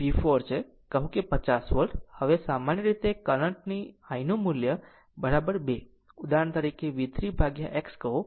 આમ હવે સામાન્ય રીતે કરંટ i ની મુલ્ય ર ઉદાહરણ તરીકે V3 ભાગ્યા x કહો